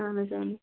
اہن حَظ اہن حَظ